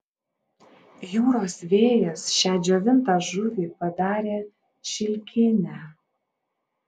jūros vėjas šią džiovintą žuvį padarė šilkinę